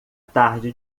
tarde